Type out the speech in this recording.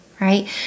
Right